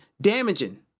damaging